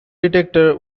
detector